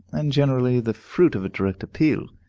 and generally the fruit of a direct appeal.